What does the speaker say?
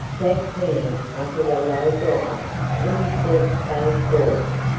jack penny uttered a low growl in his deep bass voice,